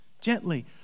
Gently